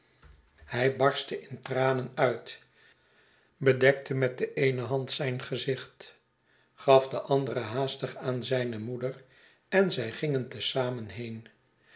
hij barstte in tranen uit bedekte met de eene hand zijn gezicht gaf de andere haastig aan zijne moeder en zij gingen te zamen heen